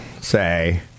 say